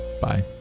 Bye